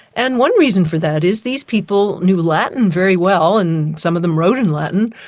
and one reason for that is these people knew latin very well and some of them wrote in latin,